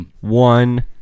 one